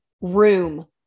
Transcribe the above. room